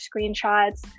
screenshots